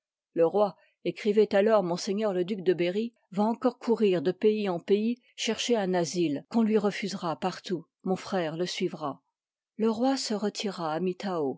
le roi écrivoit alors m le duc de berry va encore courir de pays en pays chercher un asile qu on lui refusera partout mon frère le suivra le roi se